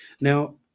now